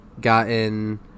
gotten